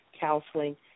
counseling